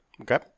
Okay